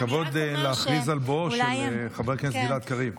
הכבוד להכריז על בואו של חבר הכנסת גלעד קריב.